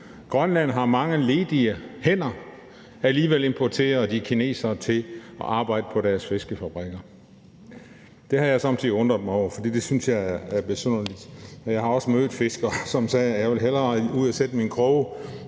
Grønland har mange ledige hænder og alligevel importerer kinesere til at arbejde på deres fiskefabrikker. Det har jeg somme tider undret mig over, for det synes jeg er besynderligt. Jeg har også mødt fiskere, som sagde: Jeg vil hellere ud og sætte mine kroge